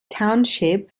township